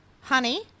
honey